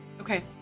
Okay